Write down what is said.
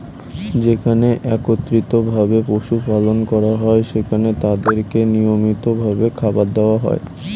যেখানে একত্রিত ভাবে পশু পালন করা হয়, সেখানে তাদেরকে নিয়মিত ভাবে খাবার দেওয়া হয়